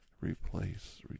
replace